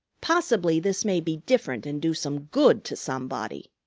possibly this may be different and do some good to somebody.